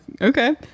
Okay